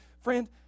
Friend